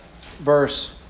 verse